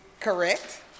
Correct